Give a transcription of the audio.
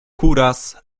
kuras